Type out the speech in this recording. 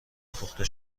پخته